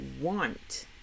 want